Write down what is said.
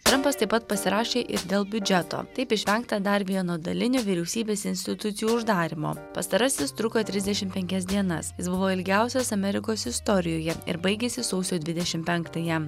trampas taip pat pasirašė ir dėl biudžeto taip išvengta dar vieno dalinio vyriausybės institucijų uždarymo pastarasis truko trisdešimt penkias dienas jis buvo ilgiausias amerikos istorijoje ir baigėsi sausio dvidešimt penktąją